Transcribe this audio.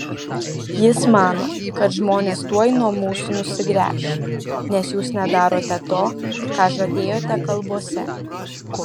jis mano kad žmonės tuoj nuo mūsų nusigręš nes jūs nedarote to ką žadėjote kalbose